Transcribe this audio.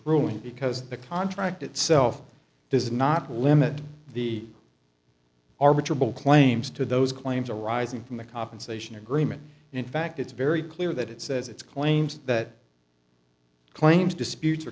ruling because the contract itself does not limit the armature bill claims to those claims arising from the compensation agreement in fact it's very clear that it says it's claims that claims disputes or